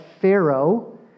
Pharaoh